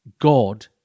God